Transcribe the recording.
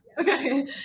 Okay